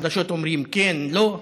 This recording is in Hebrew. בחדשות אומרים: כן, לא.